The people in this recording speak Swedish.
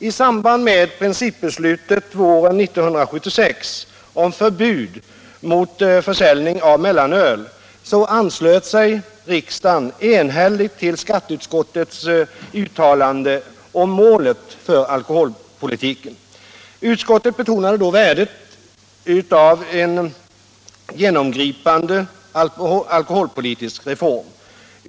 I samband med principbeslutet våren 1976 om förbud mot försäljning av mellanöl anslöt sig riksdagen enhälligt till skatteutskottets uttalande om målet för alkoholpolitiken. Utskottet betonade då värdet av en genomgripande alkoholpolitisk reform.